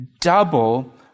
double